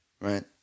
right